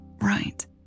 right